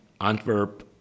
Antwerp